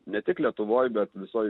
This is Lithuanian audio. ne tik lietuvoj bet visoj